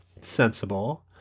sensible